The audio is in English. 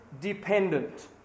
Dependent